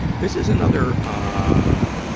this is another, ah,